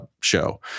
show